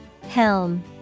Helm